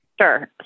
Sure